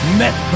met